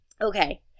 Okay